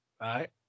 right